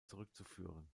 zurückzuführen